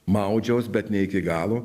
maudžiaus bet ne iki galo